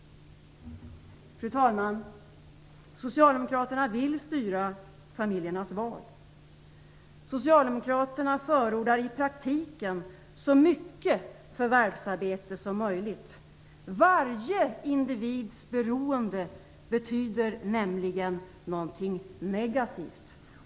Fru talman! Socialdemokraterna vill styra familjernas val. Socialdemokraterna förordar i praktiken så mycket förvärvsarbete som möjligt. Varje individs beroende betyder nämligen någonting negativt.